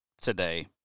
today